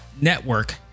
network